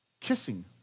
kissing